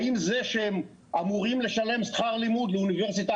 האם זה שהם אמורים לשלם שכר לימוד לאוניברסיטה